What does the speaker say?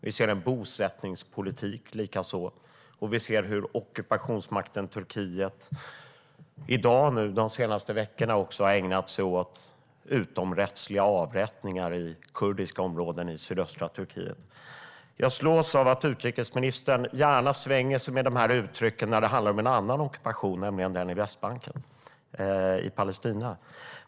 Vi ser en bosättningspolitik likaså, och vi ser hur ockupationsmakten Turkiet i dag, de senaste veckorna, också har ägnat sig åt utomrättsliga avrättningar i kurdiska områden i sydöstra Turkiet. Jag slås av att utrikesministern gärna svänger sig med de här uttrycken när det handlar om en annan ockupation, nämligen den på Västbanken i Palestina.